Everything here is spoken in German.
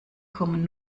kommen